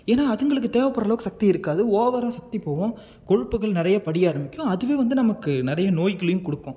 ஏன்னா அதுங்களுக்கு தேவைப்பட்ற அளவுக்கு சக்தி இருக்காது ஓவராக சக்தி போகும் கொழுப்புகள் நிறைய படிய ஆரம்பிக்கும் அதுவே வந்து நமக்கு நிறைய நோய்களையும் கொடுக்கும்